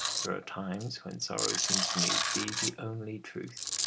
there are times when sorrow seems to me to be the only truth.